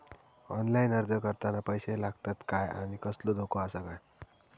Online अर्ज करताना पैशे लागतत काय आनी कसलो धोको आसा काय?